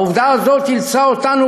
והעובדה הזאת אילצה אותנו,